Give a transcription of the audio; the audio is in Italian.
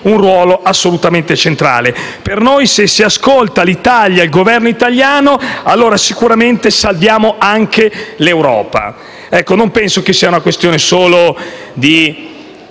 un ruolo assolutamente centrale. Per noi, se si ascoltano l'Italia e il Governo italiano, allora sicuramente salviamo anche l'Europa. Non penso sia una questione solo di